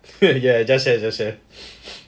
ya ya just say just say